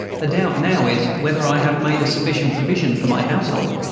the doubt now is, whether i have made a sufficient provision for my household.